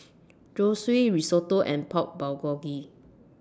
Zosui Risotto and Pork Bulgogi